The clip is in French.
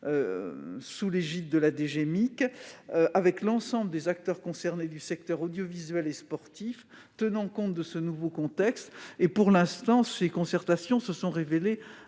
industries culturelles, avec l'ensemble des acteurs concernés des secteurs audiovisuel et sportif, en tenant compte de ce nouveau contexte. Pour l'instant, ces concertations se sont révélées